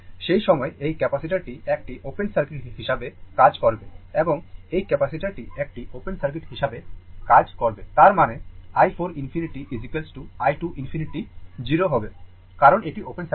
সেই সময় এই ক্যাপাসিটারটি একটি ওপেন সার্কিট হিসাবে কাজ করবে এবং এই ক্যাপাসিটারটি একটি ওপেন সার্কিট হিসাবে কাজ করবে তার মানে i 4 ∞ i 2 ∞ 0 হবে কারণ এটি ওপেন সার্কিট